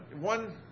one